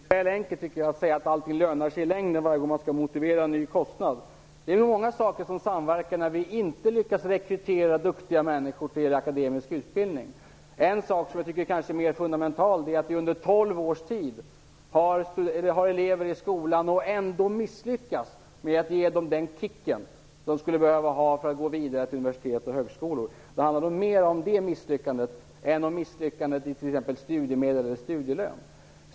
Herr talman! Jag tycker att det är litet väl enkelt att säga att allting lönar sig i längden varje gång man skall motivera en ny kostnad. Det är många saker som samverkar när vi inte lyckas rekrytera duktiga människor till akademisk utbildning. En sak som jag tycker är mer fundamental är att vi har elever i skolan under tolv års tid och ändå misslyckas med att ge dem den kick de skulle behöva för att gå vidare till universitet och högskolor. Det handlar mer om det misslyckandet än om misslyckande med t.ex. studiemedel eller studielön.